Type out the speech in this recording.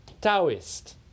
Taoist